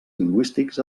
lingüístics